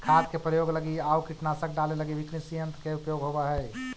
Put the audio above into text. खाद के प्रयोग लगी आउ कीटनाशक डाले लगी भी कृषियन्त्र के उपयोग होवऽ हई